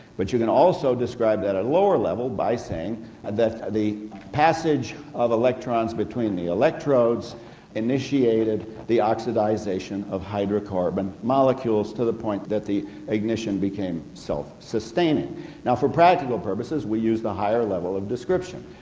but you can also describe that at lower level by saying that the passage of electrons between the electrodes initiated the oxidisation of hydrocarbon molecules to the point that the ignitation became self-sustaining. now for practical purposes we use the higher level of description.